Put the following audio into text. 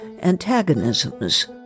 antagonisms